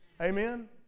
Amen